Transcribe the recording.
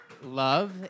Love